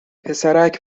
پسرک